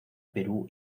perú